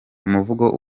umuvugo